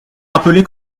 rappeler